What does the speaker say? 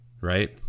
right